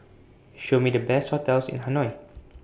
Show Me The Best hotels in Hanoi